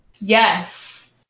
Yes